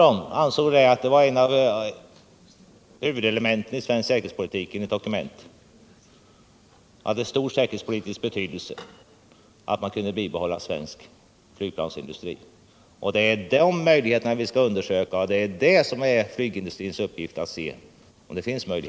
Den ansåg enligt dokument att ett huvudelement som hade stor säkerhetspolitisk betydelse var att bibehålla svensk flygplansindustri. Det är möjligheterna därtill som vi skall undersöka, något som också är en uppgift för flygplansindustrin.